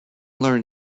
learn